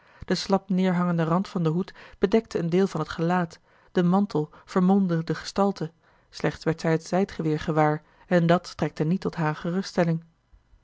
de slap neêrhangende rand van den hoed bedekte een deel van het gelaat de mantel vermomde de gestalte slechts werd zij het zijdgeweer gewaar en dat strekte niet tot hare geruststelling